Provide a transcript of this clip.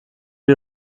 die